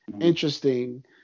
interesting